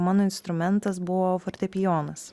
mano instrumentas buvo fortepijonas